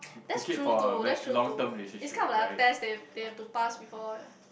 that's true too that's true too it's kind of like a test they they have to pass before